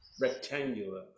rectangular